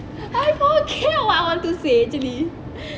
I forget what I want to say actually